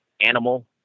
animal